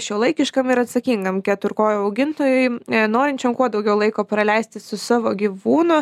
šiuolaikiškam ir atsakingam keturkojo augintojui norinčiam kuo daugiau laiko praleisti su savo gyvūnu